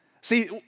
See